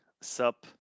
Sup